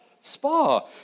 spa